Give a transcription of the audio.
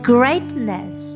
Greatness